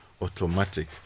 automatic